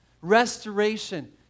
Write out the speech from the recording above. restoration